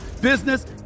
business